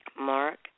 Mark